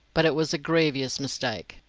but it was a grievous mistake.